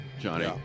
Johnny